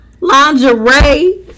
Lingerie